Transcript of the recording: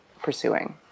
pursuing